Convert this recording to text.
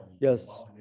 yes